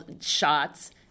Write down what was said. shots